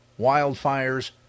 wildfires